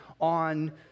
on